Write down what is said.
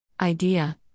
Idea